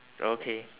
okay